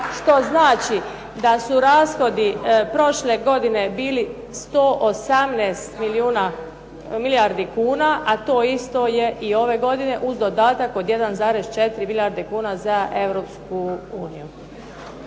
što znači da su rashodi prošle godine bili 118 milijardi kuna, a to isto je i ove godine uz dodatak od 1,4 milijarde kuna za